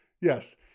Yes